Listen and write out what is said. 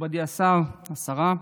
מכובדי השר, השרה,